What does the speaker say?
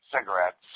cigarettes